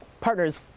partners